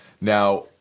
Now